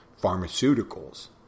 pharmaceuticals